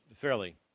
fairly